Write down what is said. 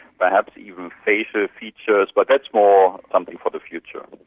perhaps even facial features, but that's more something for the future.